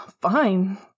fine